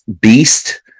beast